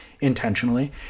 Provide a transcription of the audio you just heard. intentionally